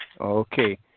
Okay